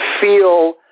feel